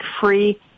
free